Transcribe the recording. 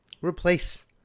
replace